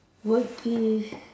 would be